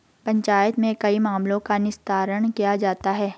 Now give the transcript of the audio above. पंचायत में कई मामलों का निस्तारण किया जाता हैं